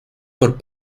por